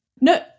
no